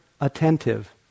attentive